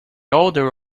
odor